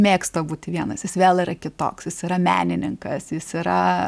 mėgsta būti vienas jis vėl yra kitoks jis yra menininkas jis yra